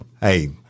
Hey